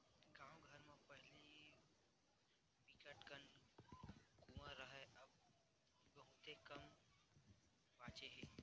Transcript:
गाँव घर म पहिली बिकट अकन कुँआ राहय अब बहुते कमती बाचे हे